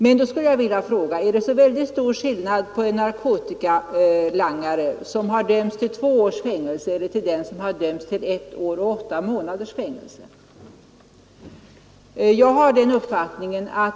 Men då skulle jag vilja Är det så väldigt stor skillnad på en narkotikalangare som har dömts till två års fängelse och en som har dömts till fängelse i ett år och åtta månader?